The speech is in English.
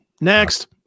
Next